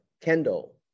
Kendall